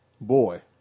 boy